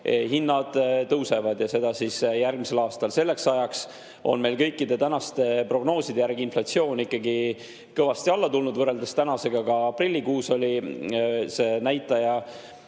hinnad järgmisel aastal ilmselt tõusevad. Aga selleks ajaks on meil kõikide tänaste prognooside järgi inflatsioon ikkagi kõvasti alla tulnud võrreldes tänasega. Ka aprillikuus oli see näitaja